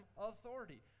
authority